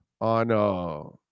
on